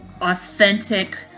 authentic